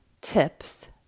tips